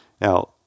Now